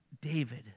David